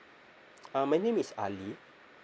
uh my name is ali